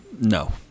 no